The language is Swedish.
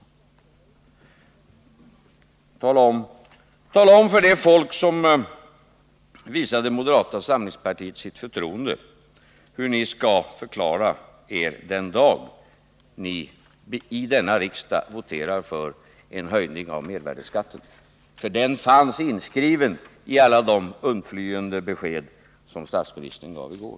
Hur skall ni förklara er för de människor som visade moderata samlingspartiet sitt förtroende i valet den dag ni i denna riksdag voterar för en höjning av mervärdeskatten? En sådan kunde man nämligen ana bakom alla de undflyende besked som statsministern lämnade i går.